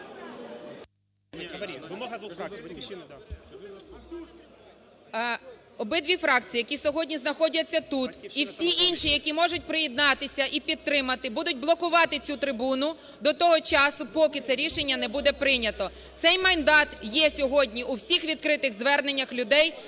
Обидві фракції, які сьогодні знаходяться тут, і всі інші, які можуть приєднатися і підтримати, будуть блокувати цю трибуну до того часу, поки це рішення не буде прийнято. Цей мандат є сьогодні у всіх відкритих зверненнях людей